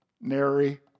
Nary